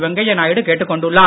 வெங்கையா நாயுடு கேட்டுக் கொண்டுள்ளார்